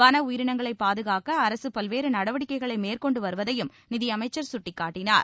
வன உயிரினங்களை பாதுஙக்க அரசு பல்வேறு நடவடிக்கைகளை மேற்கொண்டு வருவதையும் நிதியமைச்சர் சுட்டிக்காட்டினார்